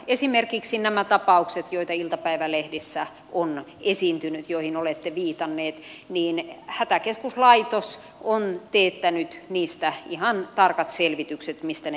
esimerkiksi näistä tapauksista joita iltapäivälehdissä on esiintynyt joihin olette viitanneet on hätäkeskuslaitos teettänyt ihan tarkat selvitykset mistä ne johtuvat